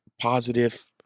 positive